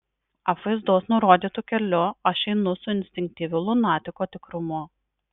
apvaizdos nurodytu keliu aš einu su instinktyviu lunatiko tikrumu